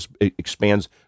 expands